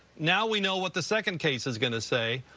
now we know what the second case is going to say.